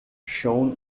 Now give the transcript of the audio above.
shown